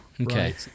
Okay